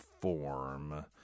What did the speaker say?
form